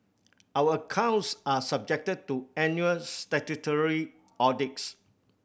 our accounts are subjected to annual statutory audits